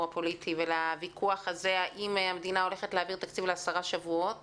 הפוליטי ולוויכוח האם המדינה הולכת להעביר תקציב ל-10 שבועות